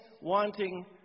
wanting